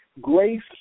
grace